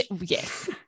yes